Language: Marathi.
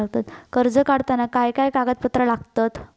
कर्ज काढताना काय काय कागदपत्रा लागतत?